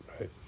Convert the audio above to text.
right